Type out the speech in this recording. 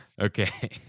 Okay